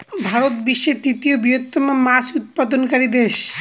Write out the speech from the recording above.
ভারত বিশ্বের তৃতীয় বৃহত্তম মাছ উৎপাদনকারী দেশ